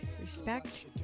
respect